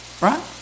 Right